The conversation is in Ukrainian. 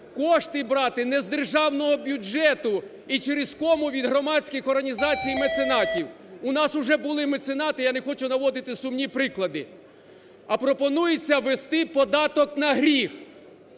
Кошти брати не з державного бюджету, і через кому "від громадських організацій і меценатів". У нас вже були меценати, я не хочу наводити сумні приклади. А пропонується ввести "податок на гріх"